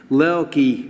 lelki